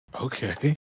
Okay